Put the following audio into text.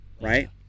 right